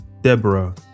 Deborah